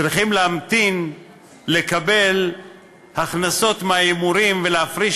צריכים להמתין לקבל הכנסות מההימורים ולהפריש